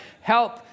help